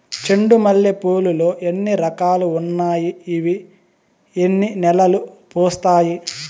చెండు మల్లె పూలు లో ఎన్ని రకాలు ఉన్నాయి ఇవి ఎన్ని నెలలు పూస్తాయి